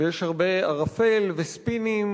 ויש הרבה ערפל וספינים,